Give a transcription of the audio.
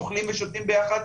אוכלים ושותים ביחד,